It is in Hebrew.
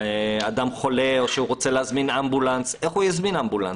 אדם חולה או רוצה להזמין אמבולנס איך יזמין אמבולנס?